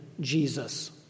Jesus